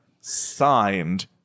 Signed